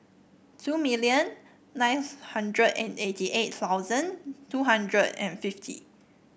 two million ninth hundred and eighty eight thousand two hundred and fifty